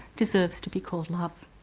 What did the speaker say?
deserves to be called love.